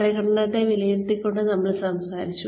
പ്രകടനത്തെ വിലയിരുത്തിക്കൊണ്ട് നമ്മൾ സംസാരിച്ചു